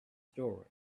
story